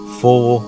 four